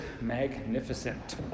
magnificent